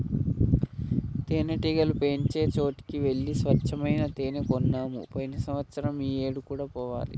తేనెటీగలు పెంచే చోటికి వెళ్లి స్వచ్చమైన తేనే కొన్నాము పోయిన సంవత్సరం ఈ ఏడు కూడా పోవాలి